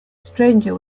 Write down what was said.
stranger